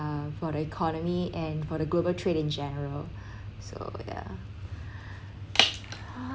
uh for the economy and for the global trade in general so ya